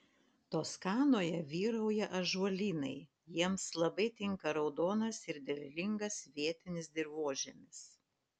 toskanoje vyrauja ąžuolynai jiems labai tinka raudonas ir derlingas vietinis dirvožemis